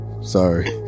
Sorry